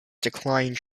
declined